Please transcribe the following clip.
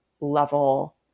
level